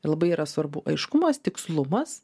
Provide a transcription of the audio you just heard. labai yra svarbu aiškumas tikslumas